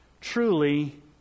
truly